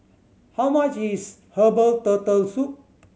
how much is herbal Turtle Soup